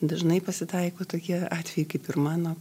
dažnai pasitaiko tokie atvejai kaip ir mano